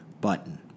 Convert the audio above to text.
button